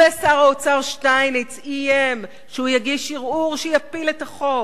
ושר האוצר שטייניץ איים שהוא יגיש ערעור שיפיל את החוק,